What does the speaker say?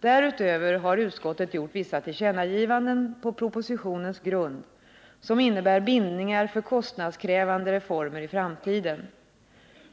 Därutöver har utskottet gjort vissa tillkännagivanden på propositionens grund, som innebär bindningar för kostnadskrävande reformer i framtiden.